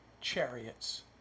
chariots